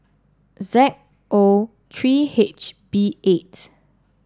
Z O three H B eight